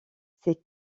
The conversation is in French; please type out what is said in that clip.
ces